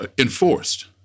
enforced